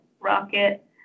Rocket